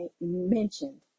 mentioned